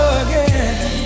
again